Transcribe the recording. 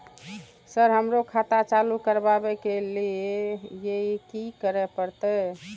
Sir हमरो खाता चालू करबाबे के ली ये की करें परते?